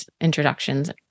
introductions